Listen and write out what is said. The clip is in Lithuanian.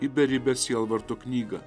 į beribę sielvarto knygą